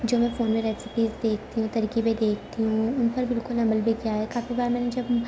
جو میں فون میں ریسپیز دیکھتی ہوں ترکیبیں دیکھتی ہوں ان پر بالکل عمل بھی کیا ہے کافی بار میں نے جب